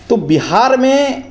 तो बिहार में